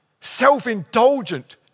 self-indulgent